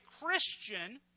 Christian